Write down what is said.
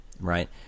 right